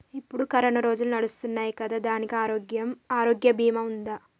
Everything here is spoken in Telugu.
ఇప్పుడు కరోనా రోజులు నడుస్తున్నాయి కదా, దానికి ఆరోగ్య బీమా ఉందా?